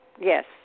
yes